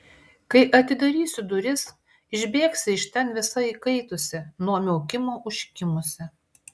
kai atidarysiu duris išbėgsi iš ten visa įkaitusi nuo miaukimo užkimusi